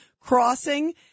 crossing